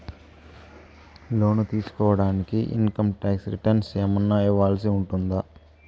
లోను తీసుకోడానికి income tax returns ఏమన్నా ఇవ్వాల్సి ఉంటుందా